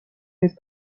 نیز